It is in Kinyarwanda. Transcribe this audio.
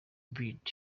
bird